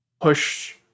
push